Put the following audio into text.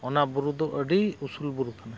ᱚᱱᱟ ᱵᱩᱨᱩ ᱫᱚ ᱟᱹᱰᱤ ᱩᱥᱩᱞ ᱵᱩᱨᱩ ᱠᱟᱱᱟ